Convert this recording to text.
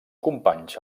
companys